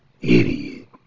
Idiot